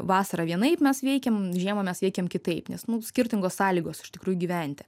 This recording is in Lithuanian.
vasarą vienaip mes veikiam žiemą mes veikiam kitaip nes nu skirtingos sąlygos iš tikrųjų gyventi